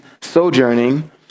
sojourning